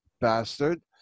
bastard